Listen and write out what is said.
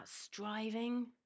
striving